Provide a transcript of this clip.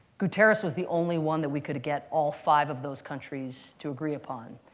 guterres was the only one that we could get all five of those countries to agree upon.